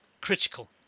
critical